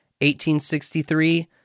1863